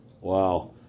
wow